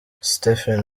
stephen